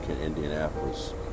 Indianapolis